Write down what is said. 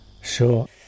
Sure